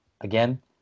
again